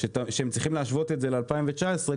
צריך להשוות ל-2019,